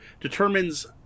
determines